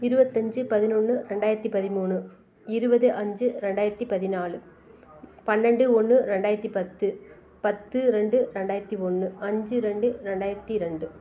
இருபத்தஞ்சு பதினொன்று ரெண்டாயிரத்தி பதிமூணு இருபது அஞ்சு ரெண்டாயிரத்தி பதினாலு பன்னெண்டு ஒன்று ரெண்டாயிரத்தி பத்து பத்து ரெண்டு ரெண்டாயிரத்தி ஒன்று அஞ்சு ரெண்டு ரெண்டாயிரத்தி ரெண்டு